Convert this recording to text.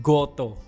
Goto